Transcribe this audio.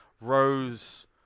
rose